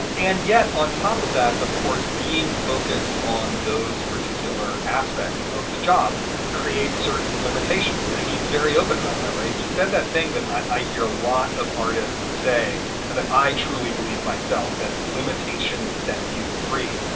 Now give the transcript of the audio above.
and yet on top of that, of course, being focused on those particular aspects of the job creates certain limitations. and he's very open about that. right. he said that thing that i hear a lot of artists say and that i truly believe myself that limitations set you free,